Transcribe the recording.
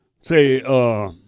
say